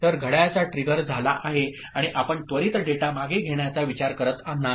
तर घड्याळाचा ट्रिगर झाला आहे आणि आपण त्वरित डेटा मागे घेण्याचा विचार करत नाही